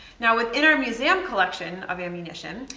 now within our museum collection of ammunition,